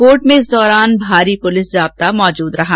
court में इस दौरान भारी पुलिस जाप्ता मौजूद रहा